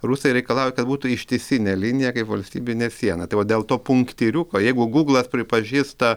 rusai reikalauja kad būtų ištisinė linija kaip valstybinė siena tai va dėl to punktyriuko jeigu gūglas pripažįsta